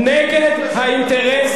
נגד האינטרס